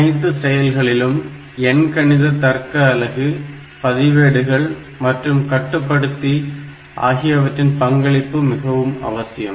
அனைத்து செயல்களிலும் எண்கணித தர்க்க அலகு பதிவேடுகள் மற்றும் கட்டுப்படுத்தி அவற்றின் பங்களிப்பு மிகவும் அவசியம்